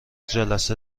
جلسه